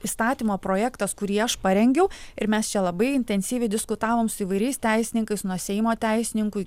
įstatymo projektas kurį aš parengiau ir mes čia labai intensyviai diskutavome su įvairiais teisininkais nuo seimo teisininkų